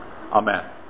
Amen